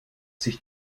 sich